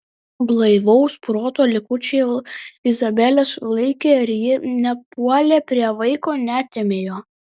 blaivaus proto likučiai izabelę sulaikė ir ji nepuolė prie vaiko neatėmė jo